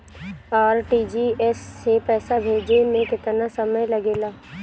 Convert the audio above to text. RTGS से पैसा भेजे में केतना समय लगे ला?